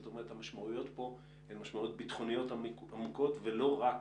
המשמעויות פה הן משמעויות ביטחוניות עמוקות ולא רק